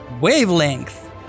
Wavelength